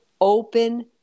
open